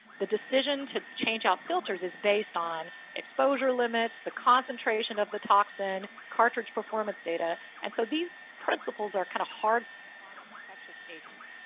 the decision to change out filters is based on exposure limits, the concentration of the toxin, cartridge performance data. and so these principles are kind of hard to apply to infectious agents.